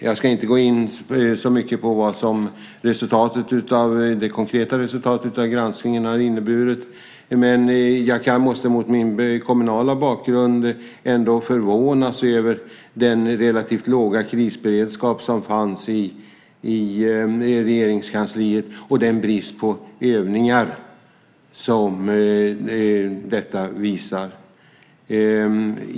Jag ska inte gå in så mycket på vad det konkreta resultatet av granskningen har inneburit, men jag måste med tanke på min kommunala bakgrund ändå förvånas över den relativt låga krisberedskap som fanns i Regeringskansliet och den brist på övningar som har framkommit.